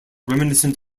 reminiscent